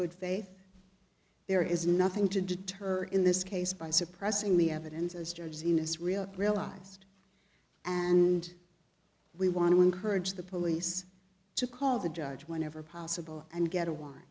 good faith there is nothing to deter in this case by suppressing the evidence as jersey has real realized and we want to encourage the police to call the judge whenever possible and get a wa